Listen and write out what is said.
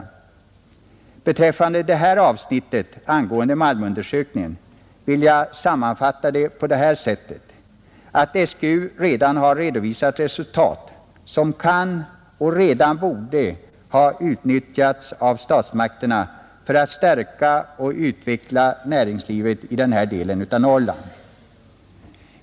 Detta avsnitt angående malmundersökningen vill jag sammanfatta så att SGU redan har redovisat resultat som kan och redan borde ha utnyttjats av statsmakterna för att stärka och utveckla näringslivet i denna del av Norrland.